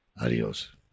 Adios